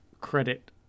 credit